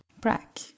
Brack